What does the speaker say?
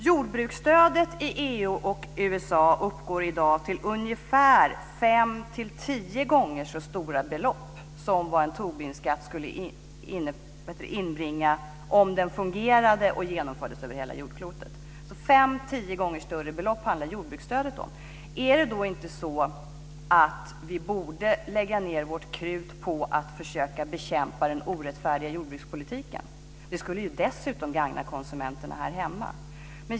Jordbruksstödet i EU och USA uppgår i dag till ungefär fem till tio gånger så stora belopp som en Tobinskatt skulle inbringa om den fungerade och genomfördes över hela jordklotet. Fem till tio gånger större belopp handlar alltså jordbruksstödet om. Borde vi då inte lägga vårt krut på att försöka bekämpa den orättfärdiga jordbrukspolitiken? Det skulle dessutom gagna konsumenterna här hemma.